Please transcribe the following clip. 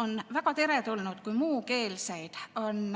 on väga teretulnud, kui muukeelseid on